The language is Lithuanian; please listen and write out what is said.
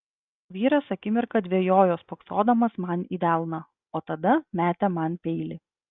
vyras akimirką dvejojo spoksodamas man į delną o tada metė man peilį